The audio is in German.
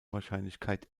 wahrscheinlichkeit